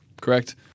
correct